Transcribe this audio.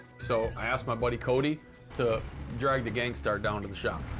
so i asked my buddy cody to drag the gangstar down to the shop.